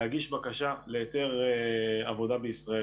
להגיש בקשה להיתר עבודה בישראל.